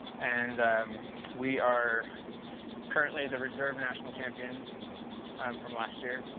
and we are currently the reserve national champions from last year.